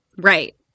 Right